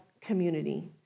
community